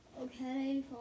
Okay